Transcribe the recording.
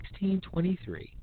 1623